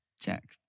check